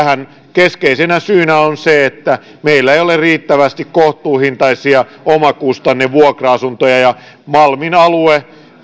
keskeisenä syynä on se että meillä ei ole riittävästi kohtuuhintaisia omakustannevuokra asuntoja malmin alue